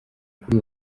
kuri